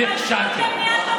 נכשלתם.